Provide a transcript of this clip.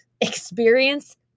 experience